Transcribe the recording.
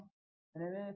எனவே ஃபிரிக்குவன்ஸி 2